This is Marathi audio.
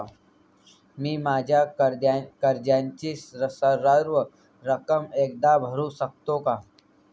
मी माझ्या कर्जाची सर्व रक्कम एकदा भरू शकतो का?